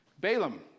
Balaam